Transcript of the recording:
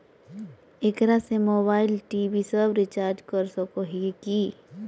एकरा से mobile TV सब रिचार्ज कर सको हियै की?